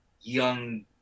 young